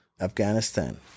Afghanistan